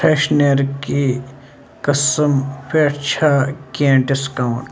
فرٛٮ۪شنَرکی قٕسٕم پٮ۪ٹھ چھا کینٛہہ ڈِسکاوُنٛٹ